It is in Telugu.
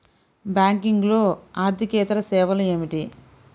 బ్యాంకింగ్లో అర్దికేతర సేవలు ఏమిటీ?